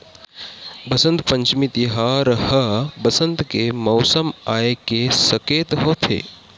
बसंत पंचमी तिहार ह बसंत के मउसम आए के सकेत होथे